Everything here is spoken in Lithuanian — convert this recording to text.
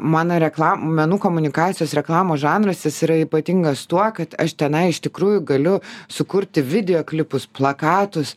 mano reklamų menų komunikacijos reklamos žanras yra ypatingas tuo kad aš tenai iš tikrųjų galiu sukurti video klipus plakatus